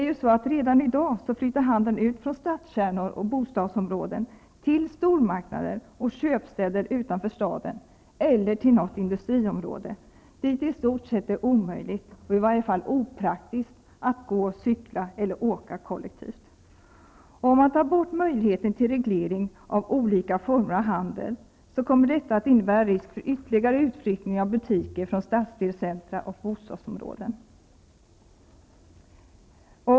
Redan nu flyttar handeln ut från stadskärnor och bostadsområden till stormarknader och köpstäder utanför staden eller till något industriområde, dit det i stort sett är omöjligt eller i varje fall opraktiskt att gå, cykla eller åka kollektivt. Om man tar bort möjligheten till reglering av olika former av handel, kommer det att innebära risk för ytterligare utflyttning av butiker från stadsdelscentra och bostadsområden.